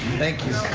thank you.